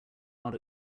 not